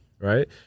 right